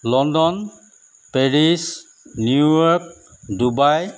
London Paris New York Dubai